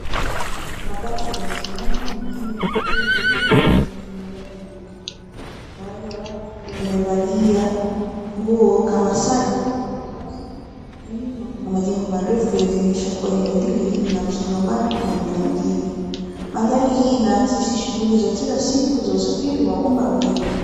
Mabasi yamesimama mengine yakipakia abiria na mengine yakjiadaa kuondoka. Baadhi ya watu wamevalia nguo kama sare za ufanyikazi na nyuma kuna majengo marefu yakionyesha kuwa eneo hili lina msongamano na ni la mjini. Mandhari hii inakizi shughuli za kila siku za usafiri wa umma mjini.